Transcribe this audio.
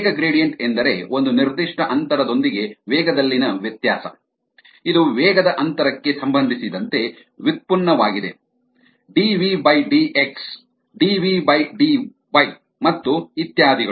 ವೇಗ ಗ್ರೇಡಿಯಂಟ್ ಎಂದರೆ ಒಂದು ನಿರ್ದಿಷ್ಟ ಅಂತರದೊಂದಿಗೆ ವೇಗದಲ್ಲಿನ ವ್ಯತ್ಯಾಸ ಇದು ವೇಗದ ಅಂತರಕ್ಕೆ ಸಂಬಂಧಿಸಿದಂತೆ ವ್ಯುತ್ಪನ್ನವಾಗಿದೆ ಡಿವಿಡಿಎಕ್ಸ್ dvdx ಡಿವಿಡಿವೈ dvdy ಮತ್ತು ಇತ್ಯಾದಿಗಳು